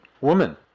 woman